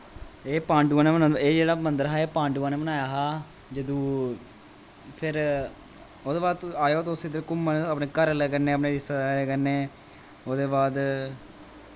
एह् पांडवें ने एह् जेह्ड़ा मन्दर हा पांडवें ने बनाया हा जदूं फिर ओह्दे बाद तु आएओ तुस इद्धर घूमन अपने घर आह्लें कन्नै अपने रिश्तेदारें कन्नै ओह्दे बाद